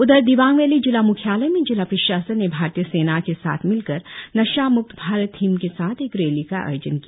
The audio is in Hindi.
उधर दिबांग वैली जिला म्ख्यालय में जिला प्रशासन ने भारतीय सेना के साथ मिलकर नशा म्क्त भारत थीम के साथ एक रैली का आयोजन किया